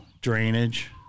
drainage